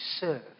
serve